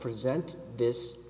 present this